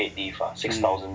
mm